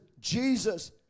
Jesus